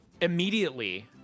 immediately